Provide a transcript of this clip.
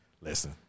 Listen